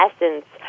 essence